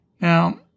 Now